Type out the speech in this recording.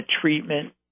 treatment